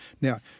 Now